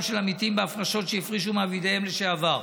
של עמיתים בהפרשות שהפרישו מעבידיהם לשעבר.